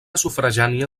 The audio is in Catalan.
sufragània